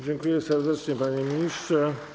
Dziękuję serdecznie, panie ministrze.